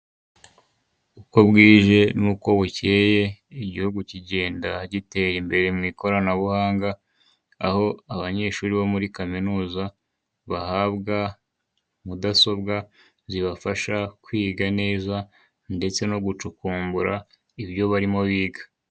Uko bwije n'uko bukeye Igihugu kigenda gitera imbere mu ikoranabuhanga, aho abanyeshuri bo muri kaminuza bahabwa mudasobwa zibafasha kwiga neza ndetse no gucukumbura ibyo barimo biga.